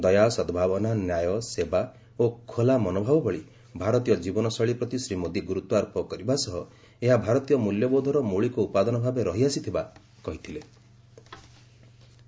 ଦୟା ସଦଭାବନା ନ୍ୟାୟ ସେବା ଓ ଖୋଲା ମନୋଭାବ ଭଳି ଭାରତୀୟ ଜୀବନ ଶୈଳୀ ପ୍ରତି ଶ୍ରୀ ମୋଦୀ ଗୁରୁତ୍ୱାରୋପ କରିବା ସହ ଏହା ଭାରତୀୟ ମୂଲ୍ୟବୋଧର ମୌଳିକ ଉପାଦାନ ଭାବେ ରହି ଆସିଥିବା କହିଥବଲେ